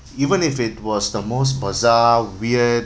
even if it was the most bizarre weird